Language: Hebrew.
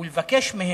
ולבקש מהם,